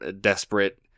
Desperate